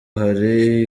hari